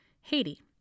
Haiti